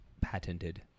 patented